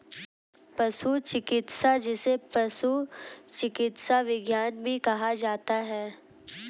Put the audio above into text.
पशु चिकित्सा, जिसे पशु चिकित्सा विज्ञान भी कहा जाता है